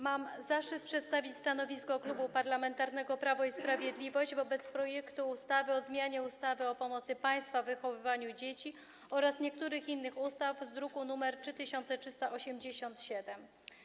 Mam zaszczyt przedstawić stanowisko Klubu Parlamentarnego Prawo i Sprawiedliwość wobec projektu ustawy o zmianie ustawy o pomocy państwa w wychowywaniu dzieci oraz niektórych innych ustaw z druku nr 3387.